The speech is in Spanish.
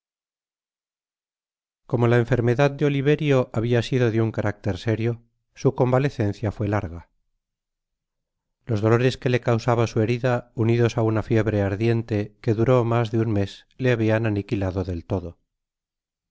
omo la enfermedad de oliverio habia sido de un carácter serio su convalecencia fué larga los dolores que le causaba su herida unidos á una fiebre ardiente que duró mas de un mes le habian aniquilado del todo